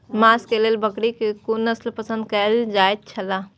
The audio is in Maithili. मांस के लेल बकरी के कुन नस्ल पसंद कायल जायत छला?